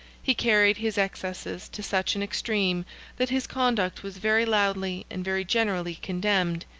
he carried his excesses to such an extreme that his conduct was very loudly and very generally condemned.